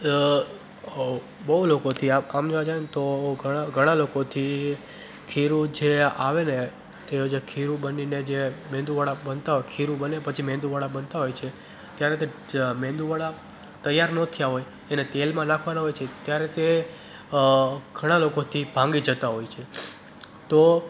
બહુ લોકોથી આમ જોવા જઈએ ને તો ઘણાં લોકોથી ખીરું જે આવે ને તે જે ખીરું બનીને જે મેંદુવડા બનતા હોય ખીરું બને પછી મેંદુવડા બનતા હોય છે ત્યારે તે મેંદુવડા તૈયાર ન થયાં હોય એને તેલમાં નાખવાનાં હોય છે ત્યારે તે ઘણા લોકોથી ભાંગી જતાં હોય છે તો